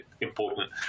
important